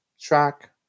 track